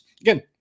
Again